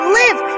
live